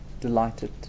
delighted